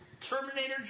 Terminator